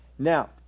Now